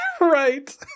right